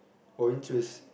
or interest